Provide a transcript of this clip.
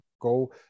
go